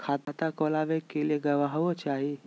खाता खोलाबे के लिए गवाहों चाही?